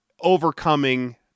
overcoming